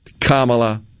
Kamala